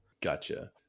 Gotcha